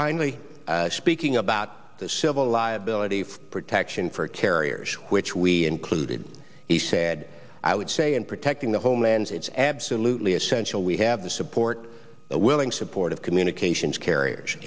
finally speaking about the civil liability protection for carriers which we included he said i would say and protecting the homeland is absolutely essential we have the support willing support of communications carriers